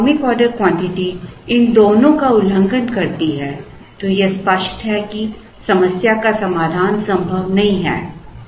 यदि economic order quantity इन दोनों का उल्लंघन करती है तो यह स्पष्ट है कि समस्या का समाधान संभव नहीं है